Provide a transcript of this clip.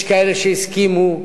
יש כאלה שהסכימו,